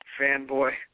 fanboy